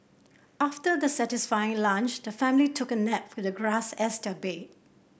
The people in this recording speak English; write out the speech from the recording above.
after the satisfying lunch the family took a nap with the grass as their bed